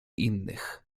innych